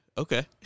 Okay